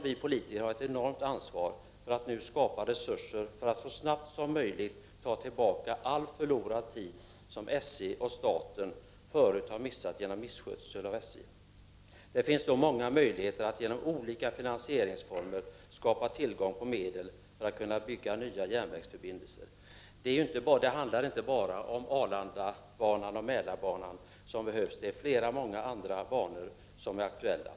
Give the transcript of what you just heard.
Vi politiker har här ett enormt ansvar för att nu skapa resurser för att så snabbt som möjligt ta tillbaka all förlorad tid, som SJ och staten förut har missat genom misskötsel av SJ. Det finns många möjligheter att genom olika finansieringsformer skapa tillgång på medel för att kunna bygga nya järnvägsförbindelser. Det handlar = Prot. 1989/90:34 inte bara om Arlandabanan och Mälarbanan. Många andra banor är ak 28 november 1989 tuella.